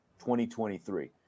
2023